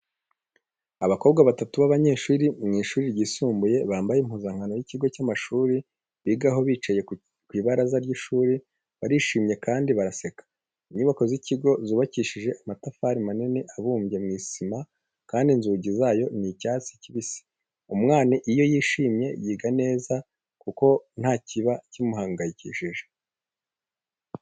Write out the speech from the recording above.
Abakobwa batatu b'abanyeshuri mu ishuri ryisumbuye, bambaye impuzankano y'ikigo cy'amashuri bigaho, bicaye ku ibaraza ry'ishuri, barishimye kandi baraseka. Inyubako z'ikigo zubakishije amatafari manini abumbye mu isima kandi inzugi zayo ni icyatsi kibisi. Umwana iyo yishimye yiga neza kuko nta kiba kimuhangayikishije.